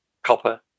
copper